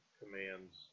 commands